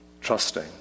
trusting